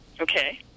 Okay